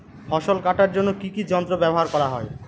ফসল কাটার জন্য কি কি যন্ত্র ব্যাবহার করা হয়?